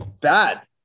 bad